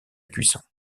cuisson